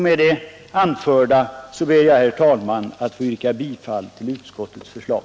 Med det anförda ber jag, herr talman, att få yrka bifall till utskottets förslag.